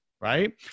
right